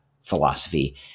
philosophy